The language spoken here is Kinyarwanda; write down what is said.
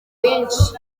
benshi